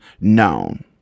known